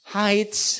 heights